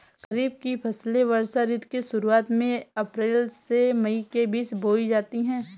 खरीफ की फसलें वर्षा ऋतु की शुरुआत में अप्रैल से मई के बीच बोई जाती हैं